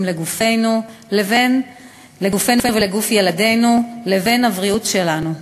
לגופנו ולגוף ילדינו לבין הבריאות שלנו,